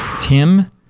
Tim